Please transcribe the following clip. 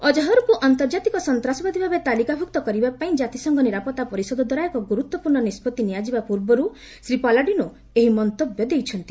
ଅଜ୍ହର୍କୁ ଆନ୍ତର୍ଜାତିକ ସନ୍ତାସବାଦୀଭାବେ ତାଲିକାଭୁକ୍ତ କରିବାପାଇଁ ଜାତିସଂଘ ନିରାପତ୍ତା ପରିଷଦଦ୍ୱାରା ଏକ ଗୁରୁତ୍ୱପୂର୍ଣ୍ଣ ନିଷ୍ପଭି ନିଆଯିବା ପୂର୍ବରୁ ଶ୍ରୀ ପାଲାଡିନୋ ଏହି ମନ୍ତବ୍ୟ ଦେଇଛନ୍ତି